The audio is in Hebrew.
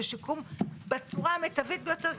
ושיקום בצורה המיטבית ביותר,